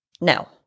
No